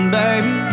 baby